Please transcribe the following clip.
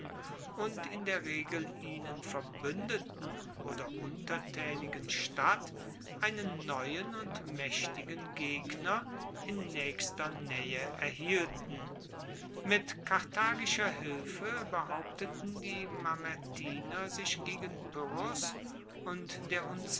und in der regel ihnen verbuendeten oder untertaenigen stadt einen neuen und maechtigen gegner in naechster naehe erhielten mit karthagischer hilfe behaupteten die mamertiner sich gegen pyrrhos und der